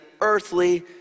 earthly